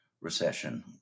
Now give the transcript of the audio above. recession